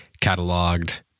cataloged